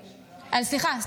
סליחה,